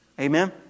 Amen